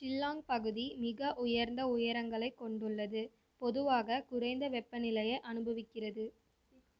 ஷில்லாங் பகுதி மிக உயர்ந்த உயரங்களைக் கொண்டுள்ளது பொதுவாக குறைந்த வெப்பநிலையை அனுபவிக்கிறது